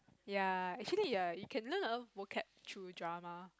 ya actually ya you can learn alot vocab through drama